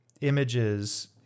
images